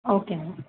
okay ma'am